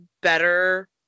better